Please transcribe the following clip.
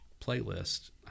playlist